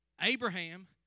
Abraham